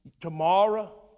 Tomorrow